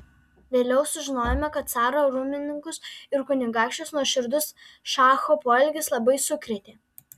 vėliau sužinojome kad caro rūmininkus ir kunigaikščius nuoširdus šacho poelgis labai sukrėtė